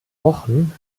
wochen